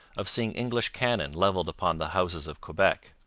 of seeing english cannon levelled upon the houses of quebec.